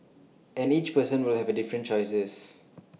and each person will have different choices